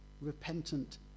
repentant